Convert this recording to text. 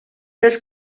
dels